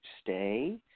stay